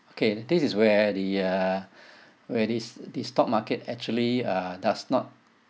okay this is where the uh where these these stock market actually uh does not